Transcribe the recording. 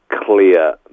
clear